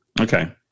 Okay